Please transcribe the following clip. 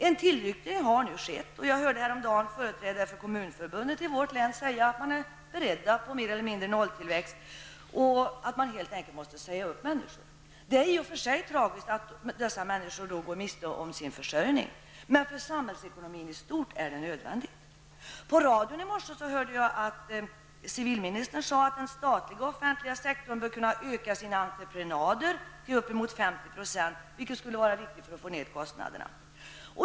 En tillnyktring har nu skett, och jag hörde häromdagen företrädare för Kommunförbundet i vårt län säga att kommunerna nu är mer eller mindre beredda på nolltillväxt och att man helt enkelt måste säga upp människor. Det är i och för sig tragiskt att dessa människor går miste om sin försörjning, men för samhällsekonomin i stort är det nödvändigt. På radion i morse hörde jag civilministern säga att den statliga offentliga sektorn borde kunna öka sina entreprenader till uppemot 50 %, vilket skulle vara viktigt för att få ned kostnaderna.